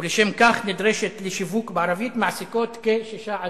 ולשם כך נדרשות לשיווק בערבית, מעסיקות 6%